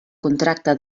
contracte